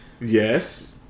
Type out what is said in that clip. Yes